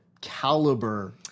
caliber